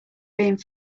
being